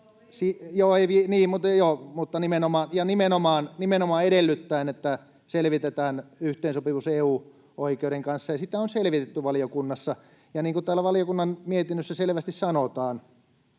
Joo, nimenomaan edellyttäen, että selvitetään yhteensopivuus EU-oikeuden kanssa, ja sitä on selvitetty valiokunnassa. — Ja niin kuin täällä valiokunnan mietinnössä selvästi sanotaan: